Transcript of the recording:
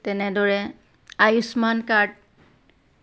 তেনেদৰে আয়ুসমান কাৰ্ড